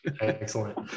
excellent